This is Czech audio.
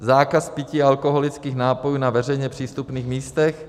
zákaz pití alkoholických nápojů na veřejně přístupných místech,